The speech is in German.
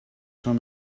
schon